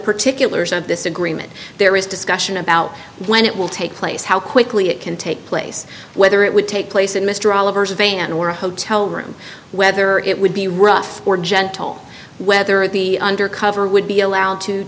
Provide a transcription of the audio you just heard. particulars of this agreement there is discussion about when it will take place how quickly it can take place whether it would take place in mr oliver van or a hotel room whether it would be rough or gentle whether it be undercover would be allowed to